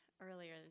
earlier